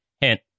hint